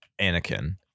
Anakin